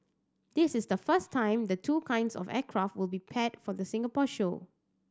this is the first time the two kinds of aircraft will be paired for the Singapore show